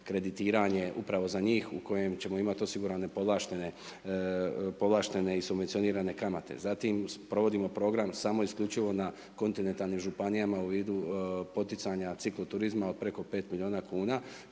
kreditiranje upravo za njih, u kojim ćemo imati osigurane povlaštene i subvencionirane kamate. Zatim, provodimo program samo isključivo na kontinentalnim županijama u vidu poticanja ciklu turizma od preko 5 milijuna kn,